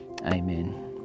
amen